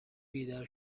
بیدار